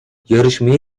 yarışmayı